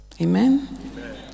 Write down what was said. Amen